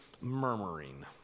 murmuring